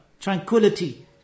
Tranquility